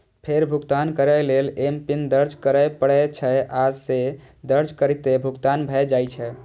फेर भुगतान करै लेल एमपिन दर्ज करय पड़ै छै, आ से दर्ज करिते भुगतान भए जाइ छै